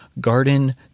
garden